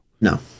No